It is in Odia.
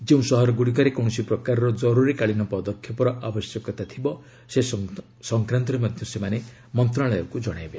ଯେଉଁ ସହରଗୁଡ଼ିକରେ କୌଣସି ପ୍ରକାରର କରୁରୀକାଳୀନ ପଦକ୍ଷେପର ଆବଶ୍ୟକତା ଥିବ ସେ ସଂକ୍ୱାନ୍ତରେ ମଧ୍ୟ ସେମାନେ ମନ୍ତ୍ରଣାଳୟକୁ ଜଣାଇବେ